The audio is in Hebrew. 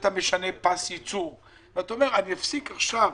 שאתה משנה פס ייצור ואומר: אפסיק עכשיו